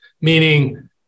meaning